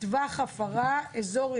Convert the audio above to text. "טווח הפרה" אזור,